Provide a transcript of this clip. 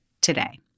today